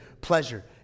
pleasure